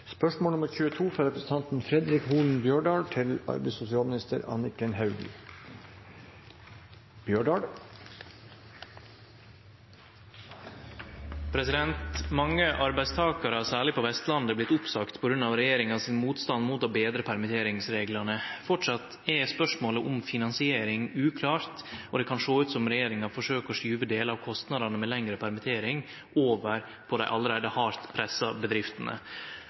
arbeidstakarar, særleg på Vestlandet, er blitt oppsagde på grunn av regjeringa sin motstand mot å betre permitteringsreglane. Framleis er spørsmålet om finansiering uklart, og det kan sjå ut som regjeringa forsøker å skyve delar av kostnadane med lengre permittering over på dei allereie hardt pressa bedriftene.